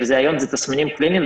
היום זה תסמינים קליניים,